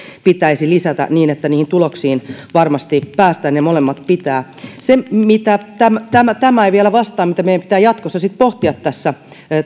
pitäisi lisätä niin että niihin tuloksiin varmasti päästään ja molemmat pitävät se mihin tämä ei vielä vastaa ja mitä meidän pitää jatkossa sitten tässä